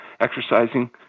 exercising